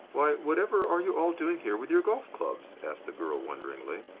why, whatever are you all doing here with your golf-clubs? asked the girl, wonderingly.